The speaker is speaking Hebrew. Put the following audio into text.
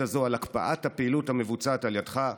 הזו על הקפאת הפעילות המבוצעת על ידך,